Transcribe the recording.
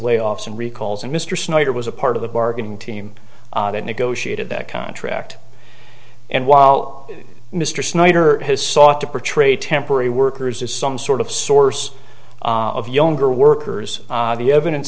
layoffs and recalls and mr snyder was a part of the bargaining team that negotiated that contract and while mr snyder has sought to portray temporary workers as some sort of source of younger workers avi evidence